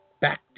back